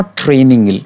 training